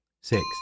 Six